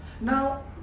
Now